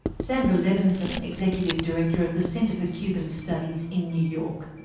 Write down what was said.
sandra levinson, executive director of the center for cuban studies in new york.